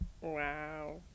Wow